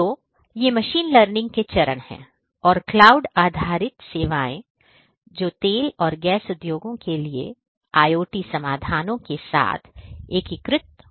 तो ये machine learning के चरण हैं और क्लाउड आधारित सेवाएं जो तेल और गैस उद्योग के लिए IoT समाधानों के साथ एकीकृत होने जा रही हैं